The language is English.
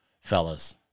Fellas